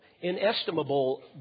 inestimable